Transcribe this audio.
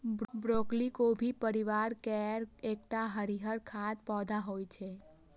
broccoli गोभी परिवार केर एकटा हरियर खाद्य पौधा होइ छै